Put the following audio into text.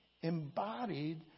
embodied